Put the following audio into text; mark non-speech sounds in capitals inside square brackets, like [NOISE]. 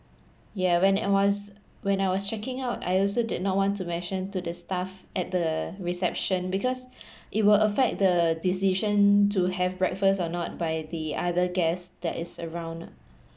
ya when I was when I was checking out I also did not want to mention to the staff at the reception because [BREATH] it will affect the decision to have breakfast or not by the other guests that is around nah